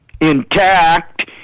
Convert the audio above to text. intact